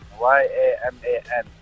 Y-A-M-A-N